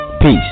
Peace